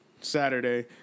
Saturday